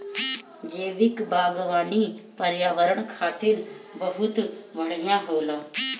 जैविक बागवानी पर्यावरण खातिर बहुत बढ़िया होला